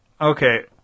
Okay